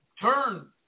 Turn